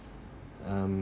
um